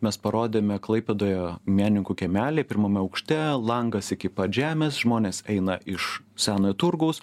mes parodėme klaipėdoje menininkų kiemely pirmame aukšte langas iki pat žemės žmonės eina iš senojo turgaus